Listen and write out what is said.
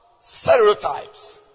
Stereotypes